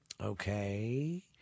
Okay